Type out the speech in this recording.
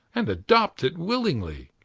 and adopt it willingly.